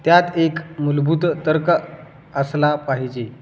त्यात एक मूलभूत तर्क असला पाहिजे